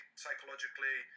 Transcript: psychologically